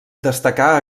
destacà